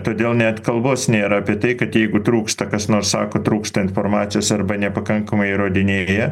todėl net kalbos nėra apie tai kad jeigu trūksta kas nors sako trūksta informacijos arba nepakankamai įrodinėja